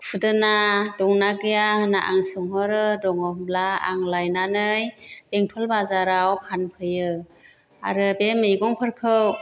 खुदुना दं ना गैया होना आं सोंहरो दङ होनब्ला आं लायनानै बेंटल बाजाराव फानफैयो आरो बे मैगंफोरखौ